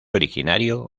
originario